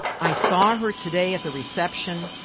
i saw her today at the reception.